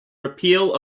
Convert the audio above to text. repeal